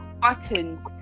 buttons